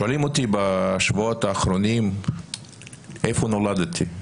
שואלים אותי בשבועות האחרונים איפה נולדתי,